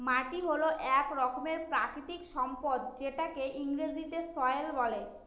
মাটি হল এক রকমের প্রাকৃতিক সম্পদ যেটাকে ইংরেজিতে সয়েল বলে